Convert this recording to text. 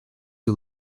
who